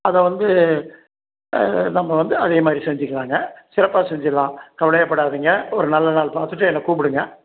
அதை வந்து நம்ம வந்து அதே மாதிரி செஞ்சுக்கலாம்ங்க சிறப்பாக செஞ்சிடலாம் கவலையே படாதீங்க ஒரு நல்ல நாள் பார்த்துட்டு என்ன கூப்பிடுங்க